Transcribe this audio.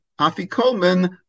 afikomen